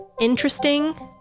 interesting